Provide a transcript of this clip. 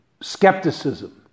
skepticism